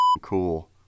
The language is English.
cool